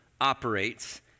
operates